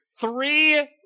Three